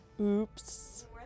Oops